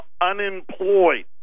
unemployed